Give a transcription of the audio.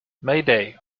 mayday